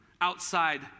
outside